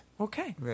Okay